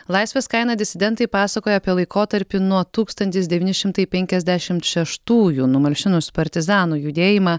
laisvės kaina disidentai pasakoja apie laikotarpį nuo tūkstantis devyni šimtas penkiasdešimt šeštųjų numalšinus partizanų judėjimą